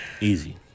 Easy